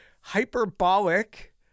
hyperbolic